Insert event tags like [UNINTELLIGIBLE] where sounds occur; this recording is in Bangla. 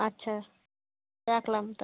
আচ্ছা রাখলাম [UNINTELLIGIBLE]